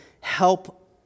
help